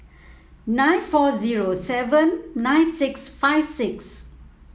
nine four zero seven nine six five six